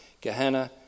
Gehenna